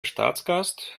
staatsgast